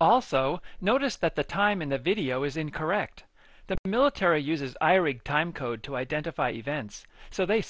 also notice that the time in the video is incorrect the military uses eirik timecode to identify events so they